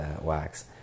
Wax